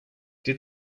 did